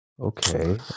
Okay